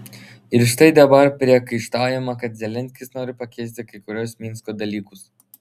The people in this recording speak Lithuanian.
ir štai dabar priekaištaujama kad zelenskis nori pakeisti kai kuriuos minsko dalykus